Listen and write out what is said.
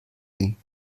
ging